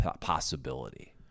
possibility